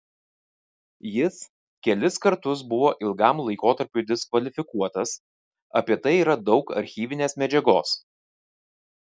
jis kelis kartus buvo ilgam laikotarpiui diskvalifikuotas apie tai yra daug archyvinės medžiagos